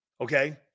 Okay